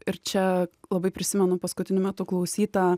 ir čia labai prisimenu paskutiniu metu klausytą